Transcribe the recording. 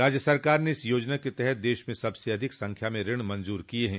राज्य सरकार ने इस योजना के तहत देश में सबसे अधिक संख्या में ऋण मंजूर किये हैं